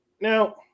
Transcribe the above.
Now